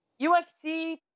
UFC